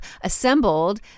assembled